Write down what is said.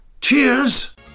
Cheers